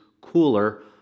cooler